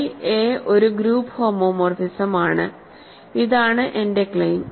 phi a ഒരു group ഹോമോമോർഫിസമാണ്ഇതാണ് എന്റെ ക്ലെയിം